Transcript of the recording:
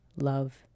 love